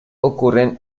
ocurren